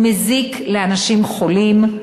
הוא מזיק לאנשים חולים.